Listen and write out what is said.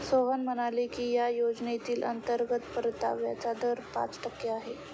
सोहन म्हणाले की या योजनेतील अंतर्गत परताव्याचा दर पाच टक्के आहे